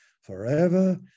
forever